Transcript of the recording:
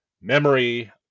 memory